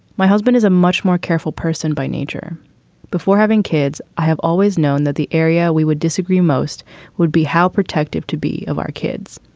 my husband is a much more careful person by nature before having kids. i have always known that the area we would disagree most would be how protective to be of our kids.